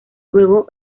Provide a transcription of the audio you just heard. luego